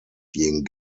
being